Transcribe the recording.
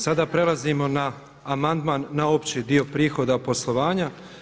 Sada prelazimo na amandman na opći dio prihoda poslovanja.